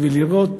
ולראות